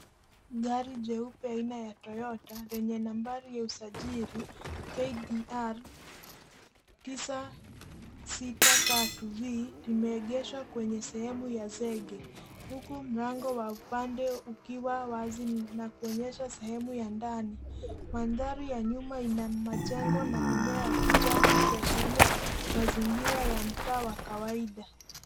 Gari jeupe aina ya Toyota lenye nambari ya usajili KDR 963V limeegeshwa kwenye sehemu ya zege huku mlango wa upande ukiwa wazi na kuonyesha sehemu ya ndani. Mandhari ya nyuma ina majengo na mimea ya kijani ikiashiria mazingira ya mtaa wa kawaida.